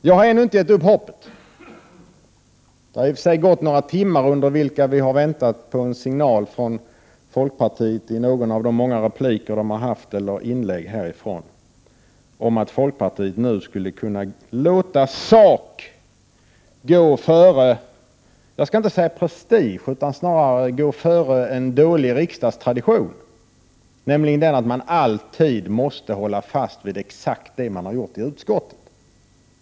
Jag har ännu inte givit upp hoppet — det har i och för sig gått några timmar under vilka vi har väntat på en signal i något av de många inläggen från folkpartiet — om att partiet nu skulle kunna låta sak gå före, inte prestige, utan före en dålig riksdagstradition, nämligen den att man alltid måste hålla fast vid exakt det man har sagt i utskottet.